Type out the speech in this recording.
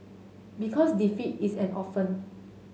because defeat is an orphan